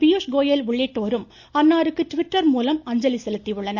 பியூஷ் கோயல் உள்ளிட்டோரும் அன்னாருக்கு ட்விட்டர் மூலம் அஞ்சலி செலுத்தியுள்ளனர்